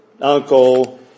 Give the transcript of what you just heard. uncle